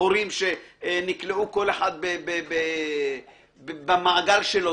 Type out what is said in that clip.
הורים שנקלעו כל אחד במעגל שלו.